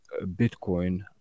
bitcoin